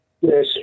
Yes